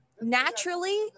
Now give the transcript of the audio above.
naturally